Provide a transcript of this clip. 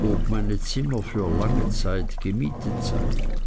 ob meine zimmer für lange zeit gemietet seien